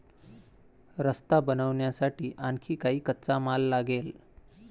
रस्ता बनवण्यासाठी आणखी काही कच्चा माल लागेल